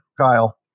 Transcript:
Kyle